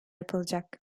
yapılacak